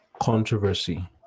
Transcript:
controversy